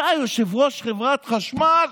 אתה יושב-ראש חברת חשמל?